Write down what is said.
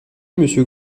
monsieur